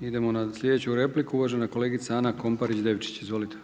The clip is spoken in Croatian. Idemo na sljedeću repliku uvažena kolegica Ana Komparić Devčić. Izvolite.